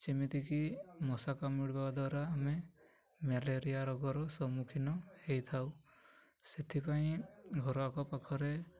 ଯେମିତିକି ମଶା କାମୁଡ଼ିବା ଦ୍ୱାରା ଆମେ ମ୍ୟାଲେରିଆ ରୋଗର ସମ୍ମୁଖୀନ ହେଇଥାଉ ସେଥିପାଇଁ ଘର ଆଗ ପାଖରେ